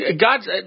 God's